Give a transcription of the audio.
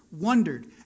wondered